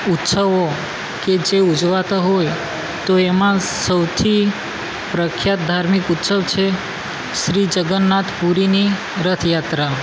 ઉત્સવો કે જે ઉજવાતા હોય તો એમાં સૌથી પ્રખ્યાત ધાર્મિક ઉત્સવ છે શ્રી જગન્નાથ પુરીની રથયાત્રા